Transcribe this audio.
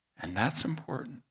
and that's important.